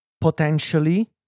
potentially